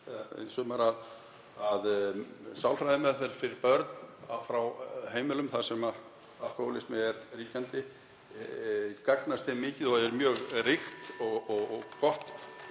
í sumar að sálfræðimeðferð fyrir börn frá heimilum þar sem alkóhólismi er ríkjandi gagnast þeim mikið og er mjög ríkt og gott